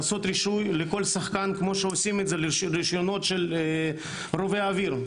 אפשר לעשות רישוי לכל שחקן כמו שעושים עם רישיונות של רובי אוויר,